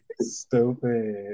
Stupid